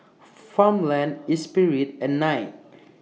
Farmland Espirit and Knight